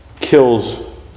kills